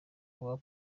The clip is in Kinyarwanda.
kuba